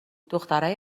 دخترای